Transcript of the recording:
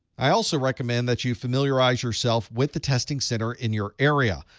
i also recommend that you familiarize yourself with the testing center in your area.